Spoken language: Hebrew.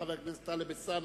חבר הכנסת טלב אלסאנע,